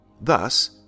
Thus